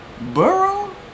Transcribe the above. Burrow